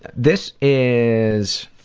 this is,